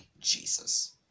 Jesus